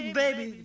baby